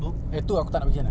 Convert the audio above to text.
maksudnya